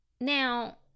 Now